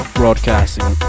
broadcasting